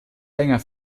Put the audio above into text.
länger